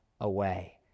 away